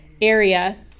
area